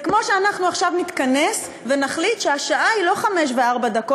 זה כמו שאנחנו עכשיו נתכנס ונחליט שהשעה היא לא 17:04,